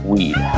Weed